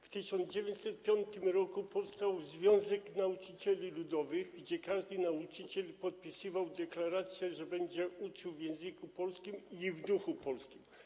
W 1905 r. powstał Związek Nauczycieli Ludowych - każdy nauczyciel podpisywał w deklaracjach, że będzie uczył w języku polskim i w duchu polskim.